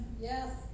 Yes